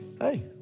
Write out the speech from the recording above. hey